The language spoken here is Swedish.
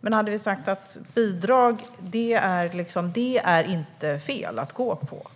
Men om vi i stället hade sagt att det inte är fel att människor ska gå på bidrag?